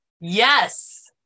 Yes